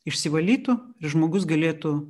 išsivalytų žmogus galėtų